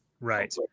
Right